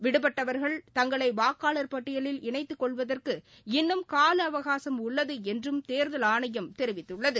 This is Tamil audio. விடுபட்டவர்கள் தங்களை வாக்காளர் பட்டியலில் இணைத்துக்கொள்வதற்கு இன்னும் கால அவகாசம் உள்ளது என்றும் தேர்தல் ஆணையம் தெரிவித்துள்ளது